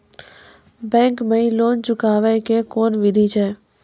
Bank माई loan चुकाबे के कोन बिधि छै?